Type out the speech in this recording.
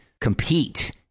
compete